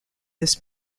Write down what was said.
this